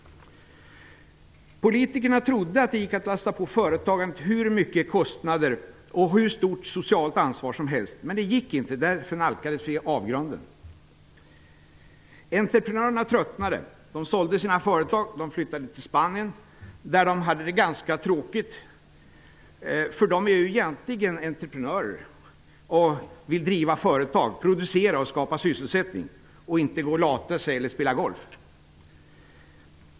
Politikerna trodde att det gick att lasta på företagen hur mycket kostnader och hur stort socialt ansvar som helst. Men det gick inte. Därför nalkades vi avgrunden. Entreprenörerna tröttnade. De sålde sina företag och flyttade till Spanien, där de hade det ganska tråkigt. De är egentligen entreprenörer och vill driva företag, producera och skapa sysselsättning, och inte gå och lata sig eller spela golf.